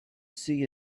see